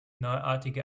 neuartige